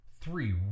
three